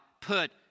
put